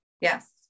Yes